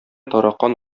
таракан